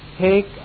take